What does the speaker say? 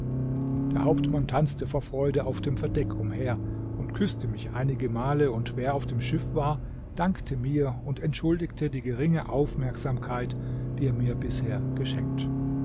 der hauptmann tanzte vor freude auf dem verdeck umher und küßte mich einige male und wer auf dem schiff war dankte mir und entschuldigte die geringe aufmerksamkeit die er mir bisher geschenkt